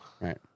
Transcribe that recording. Right